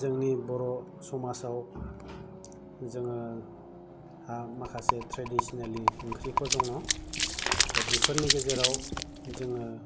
जोंनि बर' समाजआव जोङो हा माखासे ट्रेडिसनेलि ओंख्रिफोर दङ दा बेफोरनि गेजेराव जोङो